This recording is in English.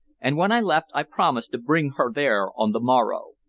and when i left i promised to bring her there on the morrow.